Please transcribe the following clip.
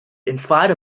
inspired